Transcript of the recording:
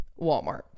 walmart